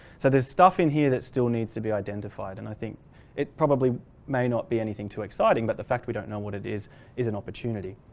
so there's stuff in here that still needs to be identified and i think it probably may not be anything too exciting but the fact we don't know what it is is an opportunity.